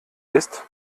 ist